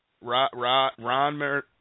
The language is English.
Ron